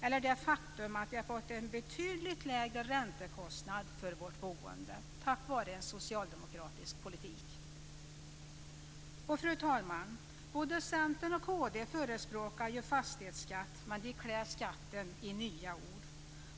eller det faktum att vi har fått en betydligt lägre räntekostnad för vårt boende tack vare socialdemokratisk politik. Fru talman! Både Centern och kd förespråkar fastighetsskatt, men de klär skatten i nya ord.